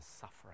suffering